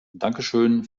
dankeschön